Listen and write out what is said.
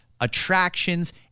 attractions